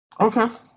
okay